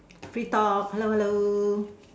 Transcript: free talk hello hello